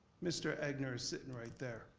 mr. egnor is sitting right there.